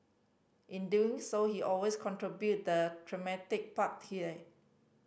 in doing so he always contributed the thematic park tear